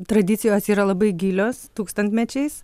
tradicijos yra labai gilios tūkstantmečiais